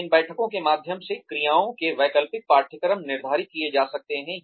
फिर इन बैठकों के माध्यम से क्रियाओं के वैकल्पिक पाठ्यक्रम निर्धारित किए जा सकते हैं